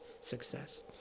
success